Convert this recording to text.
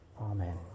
Amen